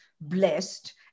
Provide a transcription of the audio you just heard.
blessed